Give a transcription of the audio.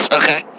okay